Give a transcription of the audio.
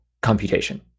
computation